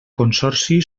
consorci